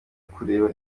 kureba